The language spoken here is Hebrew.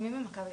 אני אגיד במשפט,